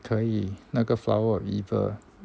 可以那个 flower of evil